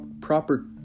proper